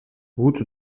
route